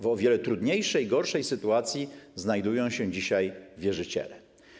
W o wiele trudniejszej, gorszej sytuacji znajdują się dzisiaj wierzyciele.